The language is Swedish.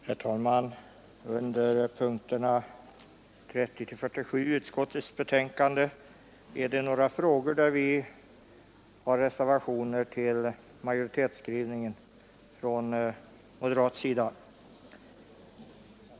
Herr talman! Under punkterna 30—47 i utskottets betänkande finns det några frågor där vi från moderat håll har reservationer till majoritetsskrivningen.